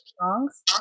songs